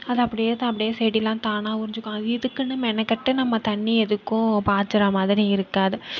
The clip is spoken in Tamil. அது அப்படியே அப்படியே செடியெல்லாம் தானாக உறிஞ்சுக்கும் இதுக்குன்னு மெனக்கெட்டு நம்ம தண்ணி எதுக்கும் பாச்சிகிறா மாதிரி இருக்காது